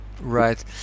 right